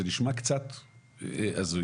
זה נשמע קצת הזוי.